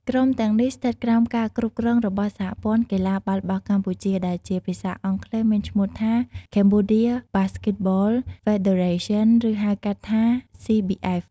ក្រុមទាំងនេះស្ថិតក្រោមការគ្រប់គ្រងរបស់ សហព័ន្ធកីឡាបាល់បោះកម្ពុជា ដែលជាភាសាអង់គ្លេសមានឈ្មោះថា Cambodia Basketball Federation ឬហៅកាត់ថា CBF។